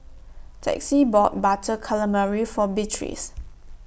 Texie bought Butter Calamari For Beatriz